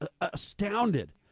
astounded